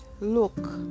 look